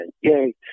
Yay